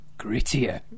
grittier